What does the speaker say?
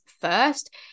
first